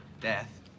death